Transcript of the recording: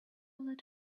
let